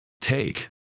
Take